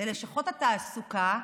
ללשכות התעסוקה,